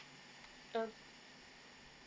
okay